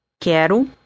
quero